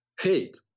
hate